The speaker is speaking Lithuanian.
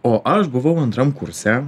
o aš buvau antram kurse